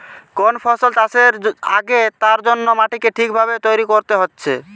কোন ফসল চাষের আগে তার জন্যে মাটিকে ঠিক ভাবে তৈরী কোরতে হচ্ছে